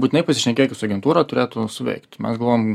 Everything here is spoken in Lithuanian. būtinai pasišnekėkit su agentūra turėtų veikt mes galvojam